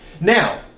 Now